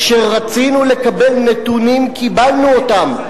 כשרצינו לקבל נתונים, קיבלנו אותם.